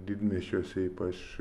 didmiesčiuose ypač